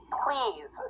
please